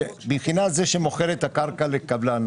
זה שמוכר את הקרקע לקבלן,